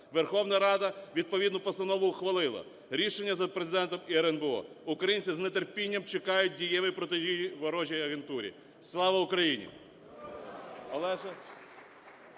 Верховна Рада відповідну постанову ухвалила. Рішення за Президентом і РНБО. Українці з нетерпінням чекають дієві протидії ворожій агентурі. Слава Україні!